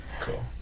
Cool